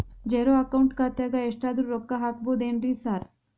Zero account ಖಾತ್ಯಾಗ ಎಷ್ಟಾದ್ರೂ ರೊಕ್ಕ ಹಾಕ್ಬೋದೇನ್ರಿ ಸಾರ್?